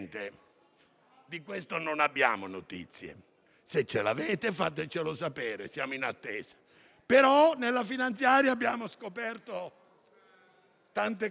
di questo non abbiamo notizie. Se ce l'avete, fatecelo sapere; siamo in attesa. Nella finanziaria, però, abbiamo scoperto tante piccole